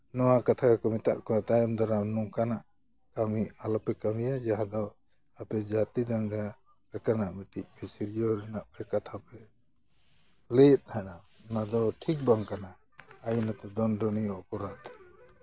ᱱᱚᱣᱟ ᱠᱟᱛᱷᱟ ᱜᱮᱠᱚ ᱢᱮᱛᱟᱜ ᱠᱚᱣᱟ ᱛᱟᱭᱚᱢ ᱫᱟᱨᱟᱢ ᱱᱚᱝᱠᱟᱱᱟᱜ ᱠᱟᱹᱢᱤ ᱟᱞᱚᱯᱮ ᱠᱟᱹᱢᱤᱭᱟ ᱡᱟᱦᱟᱸ ᱫᱚ ᱟᱯᱮ ᱡᱟᱹᱛᱤ ᱫᱟᱝᱜᱟ ᱞᱮᱠᱟᱱᱟᱜ ᱢᱤᱫᱴᱮᱱ ᱥᱤᱨᱡᱟᱹᱣ ᱨᱮᱱᱟᱜ ᱯᱮ ᱠᱟᱛᱷᱟ ᱯᱮ ᱞᱟᱹᱭᱮᱫ ᱛᱟᱦᱮ ᱸᱫᱼᱟ ᱚᱱᱟ ᱫᱚ ᱴᱷᱤᱠ ᱵᱟᱝ ᱠᱟᱱᱟ ᱟᱭᱤᱱᱚᱛᱚ ᱫᱚᱱᱰᱚᱱᱤᱭᱚ ᱚᱯᱚᱨᱟᱫᱷ